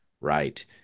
right